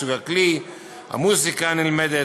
סוג הכלי והמוזיקה הנלמדת.